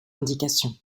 indication